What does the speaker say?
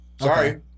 Sorry